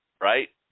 Right